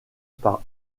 par